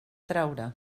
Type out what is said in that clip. traure